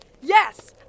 Yes